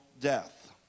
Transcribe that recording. death